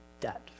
debt